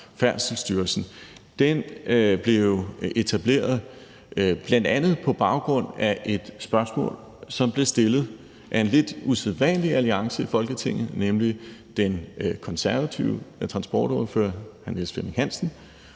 Færdselsstyrelsen – blev etableret bl.a. på baggrund af et spørgsmål, som blev stillet af en lidt usædvanlig alliance i Folketinget, nemlig mellem den konservative transportordfører hr. Niels Flemming Hansen